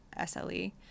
SLE